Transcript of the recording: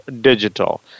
digital